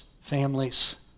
families